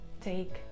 take